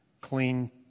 clean